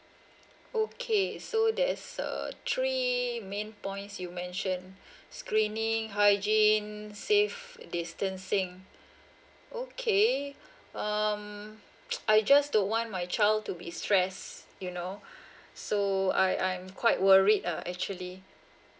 okay so there's uh three main points you mentioned screening hygiene safe distancing okay um I just don't want my child to be stress you know so I I'm quite worried actually